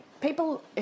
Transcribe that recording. people